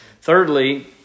Thirdly